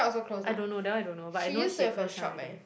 I don't know that [one] I don't know but I know she close down already